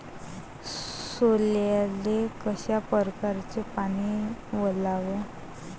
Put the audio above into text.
सोल्याले कशा परकारे पानी वलाव?